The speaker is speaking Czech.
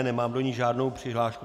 Nemám do ní žádnou přihlášku.